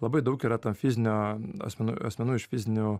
labai daug yra ta fizinio asmenų asmenų iš fizinių